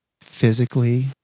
physically